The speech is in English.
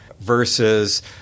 versus